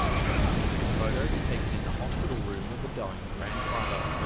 this mysterious photo was taken in the hospital room of a dying grandfather,